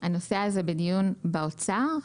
הנושא הזה נמצא בדיון במשרד האוצר.